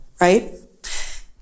right